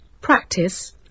practice